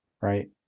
right